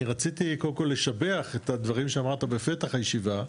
אני רציתי לשבח על הדברים שאמרת בפתח הישיבה,